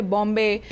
Bombay